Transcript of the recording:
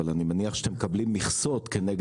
אבל אני מניח שאתם מקבלים מכסות כנגד-